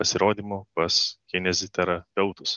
pasirodymo pas kineziterapeutus